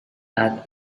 add